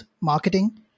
marketing